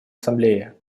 ассамблее